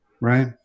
Right